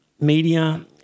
media